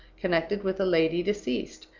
connected with a lady deceased,